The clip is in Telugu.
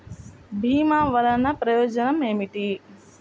భీమ వల్లన ప్రయోజనం ఏమిటి?